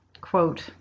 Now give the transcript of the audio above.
quote